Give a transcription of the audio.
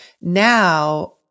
Now